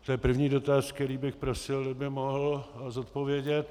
To je první dotaz, který bych prosil, kdyby mohl zodpovědět.